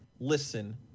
listen